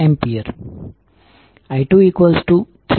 4 3